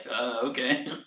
okay